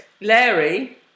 Larry